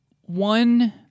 One